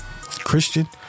Christian